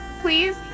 please